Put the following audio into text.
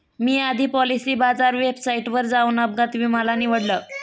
मी आधी पॉलिसी बाजार वेबसाईटवर जाऊन अपघात विमा ला निवडलं